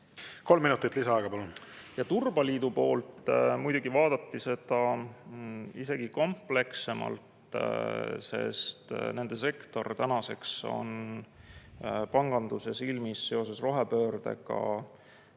Kolm minutit lisaaega, palun! Turbaliit muidugi vaatas seda isegi komplekssemalt, sest nende sektor on praegu panganduse silmis seoses rohepöördega